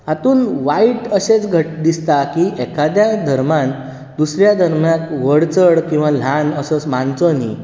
हातूंत वायट अशेंच घ दिसता की एकाद्या धर्मान दुसऱ्या धर्मांत व्हड चड किंवा ल्हान असोच मानचो न्ही